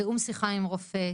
תיאום שיחה עם רופא,